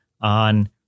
on